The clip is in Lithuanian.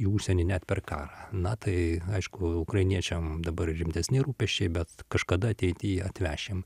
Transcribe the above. į užsienį net per karą na tai aišku ukrainiečiam dabar rimtesni rūpesčiai bet kažkada ateity atvešim